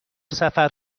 سفر